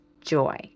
joy